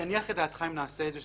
יניח את דעתך אם נעשה את זה,